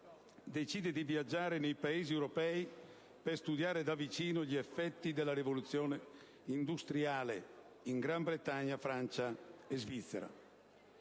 decide di viaggiare nei Paesi europei per studiare da vicino gli effetti della rivoluzione industriale in Gran Bretagna, Francia e Svizzera.